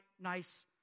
nice